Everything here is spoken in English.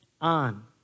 on